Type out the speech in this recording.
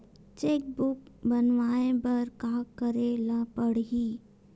Cheque book बनवाय बर का करे ल पड़हि?